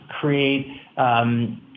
create –